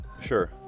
Sure